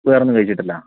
വേറൊന്നും കഴിച്ചിട്ടില്ല